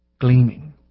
gleaming